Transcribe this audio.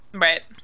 right